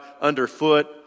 underfoot